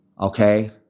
Okay